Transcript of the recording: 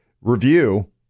review